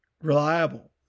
reliable